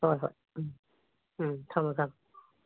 ꯍꯣꯏ ꯍꯣꯏ ꯎꯝ ꯎꯝ ꯊꯝꯃꯣ ꯊꯝꯃꯣ